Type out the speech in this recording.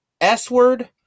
S-word